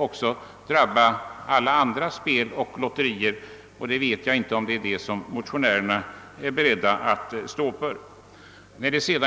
också alla andra spel och lotterier, och jag vet inte om motionärerna är beredda att stå för något sådant.